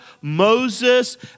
Moses